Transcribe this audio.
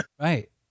Right